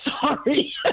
sorry